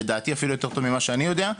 לדעתי אפילו יותר טוב ממה שאני יודע,